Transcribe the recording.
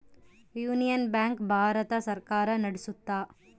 union Bank Bharat ಸರ್ಕಾರ ನಡ್ಸುತ್ತ